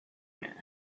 owner